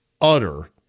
utter